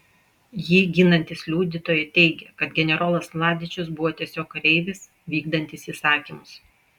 jį ginantys liudytojai teigia kad generolas mladičius buvo tiesiog kareivis vykdantis įsakymus